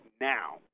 now